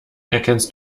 erkennst